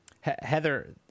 Heather